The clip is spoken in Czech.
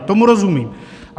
Tomu rozumím.